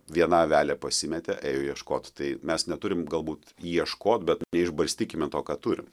viena avelė pasimetė ėjo ieškot tai mes neturim galbūt ieškot bet neišbarstykime to ką turim